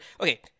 Okay